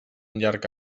llarg